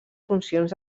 funcions